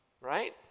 right